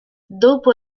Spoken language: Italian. dopo